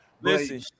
Listen